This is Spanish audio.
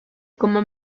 como